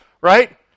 right